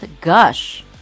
gush